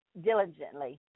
diligently